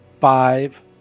Five